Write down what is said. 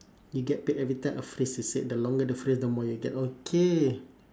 you get paid every time a phrase is said the longer the phrase the more you get okay